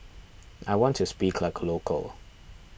I want to speak like a local